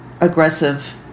aggressive